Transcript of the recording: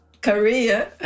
career